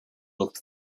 looked